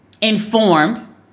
informed